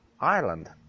Island